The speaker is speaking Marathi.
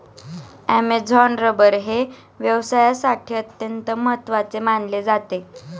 ॲमेझॉन रबर हे व्यवसायासाठी अत्यंत महत्त्वाचे मानले जाते